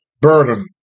burden